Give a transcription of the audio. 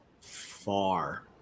far